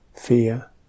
fear